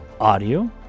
Audio